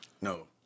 No